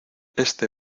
este